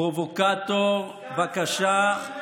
פרובוקטור, בבקשה.